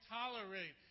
tolerate